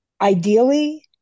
ideally